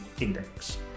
index